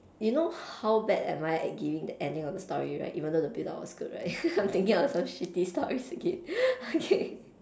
you know how bad am I at giving the ending of the story right even though the build up was good right I'm thinking of some shitty stories to give okay